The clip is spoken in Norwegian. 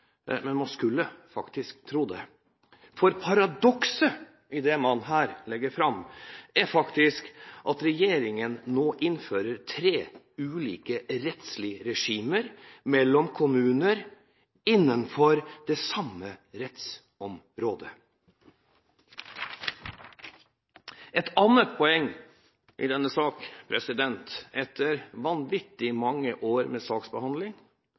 men man skulle faktisk tro det. For paradokset i det man her legger fram, er faktisk at regjeringen nå innfører tre ulike rettslige regimer mellom kommuner innenfor det samme rettsområdet. Et annet poeng i denne sak etter vanvittig mange år med saksbehandling